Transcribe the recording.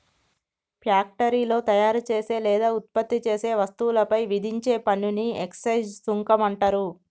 ఫ్యాక్టరీలో తయారుచేసే లేదా ఉత్పత్తి చేసే వస్తువులపై విధించే పన్నుని ఎక్సైజ్ సుంకం అంటరు